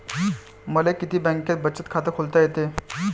मले किती बँकेत बचत खात खोलता येते?